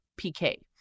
PK